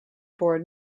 board